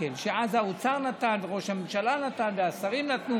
אני רוצה להגיד, אדוני היושב-ראש, משפט אחרון.